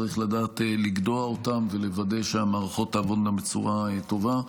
צריך לדעת לגדוע אותם ולוודא שהמערכות תעבודנה בצורה טובה.